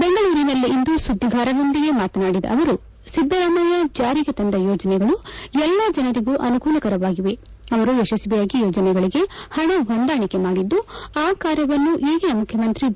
ಬೆಂಗಳೂರಿನಲ್ಲಿಂದು ಸುದ್ದಿಗಾರರೊಂದಿಗೆ ಮಾತನಾಡಿದ ಅವರು ಸಿದ್ದರಾಮಯ್ಯ ನೇತೃತ್ವದ ಕಾಂಗ್ರೆಸ್ ಸರ್ಕಾರ ಜಾರಿಗೆ ತಂದ ಯೋಜನೆಗಳು ಎಲ್ಲಾ ಜನರಿಗೂ ಅನುಕೂಲಕರವಾಗಿವೆ ಅವರು ಯಶಸ್ತಿಯಾಗಿ ಯೋಜನೆಗಳಿಗೆ ಹಣ ಹೊಂದಾಣಿಕೆ ಮಾಡಿದ್ದು ಆ ಕಾರ್ಯವನ್ನು ಈಗಿನ ಮುಖ್ಯಮಂತ್ರಿ ಬಿ